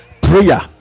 prayer